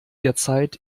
derzeit